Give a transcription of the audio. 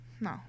no